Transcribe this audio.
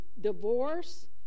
divorce